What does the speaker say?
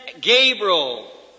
Gabriel